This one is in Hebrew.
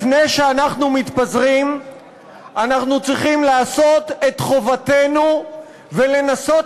לפני שאנחנו מתפזרים אנחנו צריכים לעשות את חובתנו ולנסות